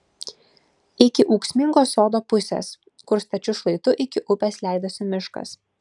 iki ūksmingos sodo pusės kur stačiu šlaitu iki upės leidosi miškas